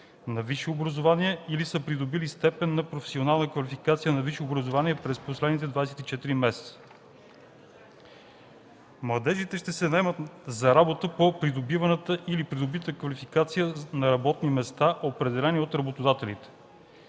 на висше образование или са придобили степен на професионална квалификация и на висше образование през последните 24 месеца. Младежите ще се наемат на работа по придобиваната или придобита квалификация на работни места, определени от работодателите.